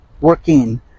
working